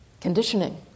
conditioning